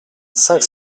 cinq